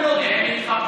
הם התחפרו בעמדה שלהם.